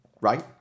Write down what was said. Right